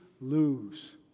lose